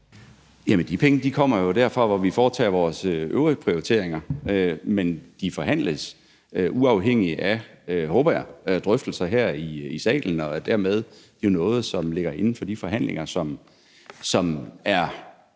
Jamen de penge kommer jo derfra, hvor vi foretager vores øvrige prioriteringer, men de forhandles uafhængigt af – håber jeg – drøftelser her i salen, og det er jo dermed noget, som ligger inden for de forhandlinger, som er